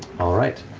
all right.